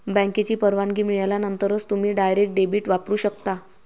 बँकेची परवानगी मिळाल्यानंतरच तुम्ही डायरेक्ट डेबिट वापरू शकता